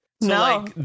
No